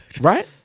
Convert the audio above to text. right